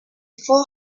four